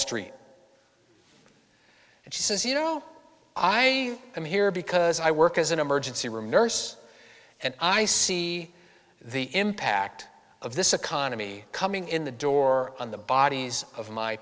street and she says you know i am here because i work as an emergency room nurse and i see the impact of this economy coming in the door on the bodies of my